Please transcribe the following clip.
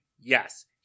Yes